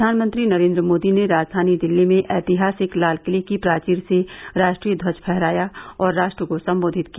प्रधानमंत्री नरेंद्र मोदी ने राजधानी दिल्ली में ऐतिहासिक लालकिले की प्राचीर से राष्ट्रीय ध्वज फहराया और राष्ट्र को संबोधित किया